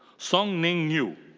songning yu.